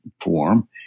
form